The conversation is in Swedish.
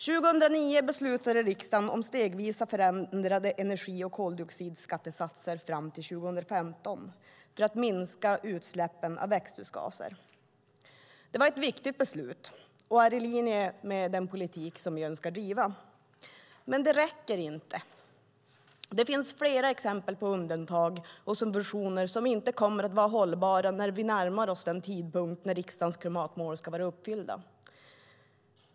År 2009 beslutade riksdagen om stegvis förändrade energi och koldioxidskattesatser fram till 2015 för att minska utsläppen av växthusgaser. Det var ett viktigt beslut och är i linje med den politik som vi önskar driva, men det räcker inte. Det finns flera exempel på undantag och subventioner som inte kommer att vara hållbara när vi närmar oss den tidpunkt när riksdagens klimatmål ska vara uppfyllda.